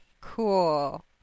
Cool